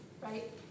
right